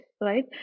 right